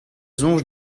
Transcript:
soñj